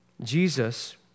Jesus